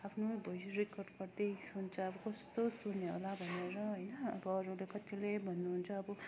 आफ्नो voice record गर्दै सुन्छु अब कस्तो सुन्यो होला भनेर होइन अब अरूले कत्तिले भन्नुहुन्छ अब